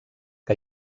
que